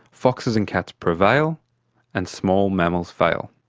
foxes and cats prevail and small mammals fail.